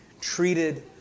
treated